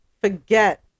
forget